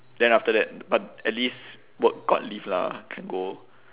then after that but at least work got leave lah can go